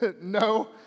no